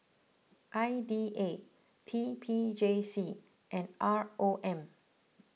I D A T P J C and R O M